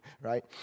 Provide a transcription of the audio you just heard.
right